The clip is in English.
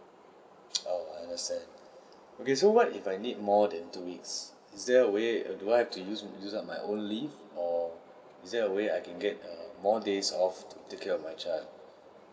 oh I understand okay so what if I need more than two weeks is there a way err do I have to use use up my own leave or is there a way that I can get err more days off to take care of my child